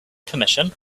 permission